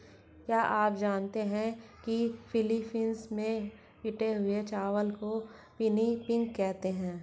क्या आप जानते हैं कि फिलीपींस में पिटे हुए चावल को पिनिपिग कहते हैं